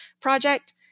Project